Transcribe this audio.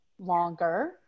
longer